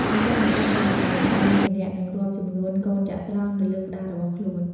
នៅចុងបញ្ចប់នៃល្បែង អ្នកលេងម្នាក់នឹងរាប់ចំនួនកូនចត្រង្គនៅលើក្ដាររបស់ខ្លួន។